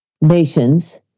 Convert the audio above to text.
nations